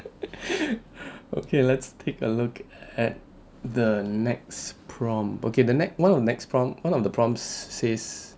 okay let's take a look at the next prompt okay the next one of the next prompt one of the prompts says